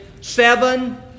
seven